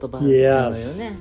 Yes